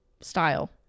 style